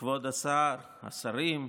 כבוד השר, השרים,